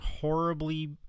horribly